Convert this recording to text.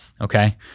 Okay